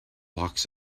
walks